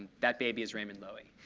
that baby is raymond loewy.